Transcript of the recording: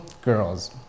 girls